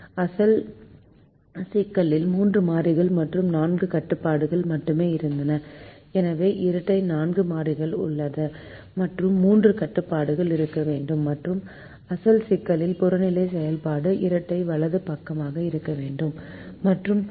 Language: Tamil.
அசல் சிக்கலில் 3 மாறிகள் மற்றும் 4 கட்டுப்பாடுகள் மட்டுமே இருந்தன எனவே இரட்டை 4 மாறிகள் மற்றும் 3 கட்டுப்பாடுகள் இருக்க வேண்டும் மற்றும் அசல் சிக்கல்கள் புறநிலை செயல்பாடு இரட்டை வலது பக்கமாக இருக்க வேண்டும் மற்றும் பல